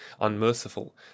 unmerciful